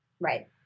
Right